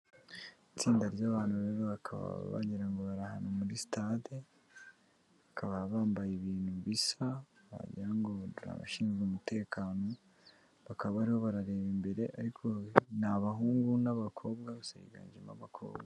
Itsinda ry'abantu rero bakaba wangira ngo bari ahantu muri sitade, bakaba bambaye ibintu bisa wagira ngo ni abashinzwe umutekano, bakaba bariho barareba imbere, ariko ni abahungu n'abakobwa gusa biganjemo abakobwa.